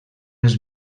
els